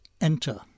enter